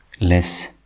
less